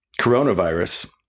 coronavirus